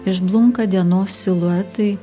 išblunka dienos siluetai